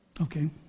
Okay